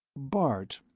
bart,